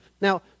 Now